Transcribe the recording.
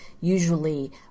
usually